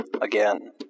again